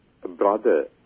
brother